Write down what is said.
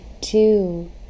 two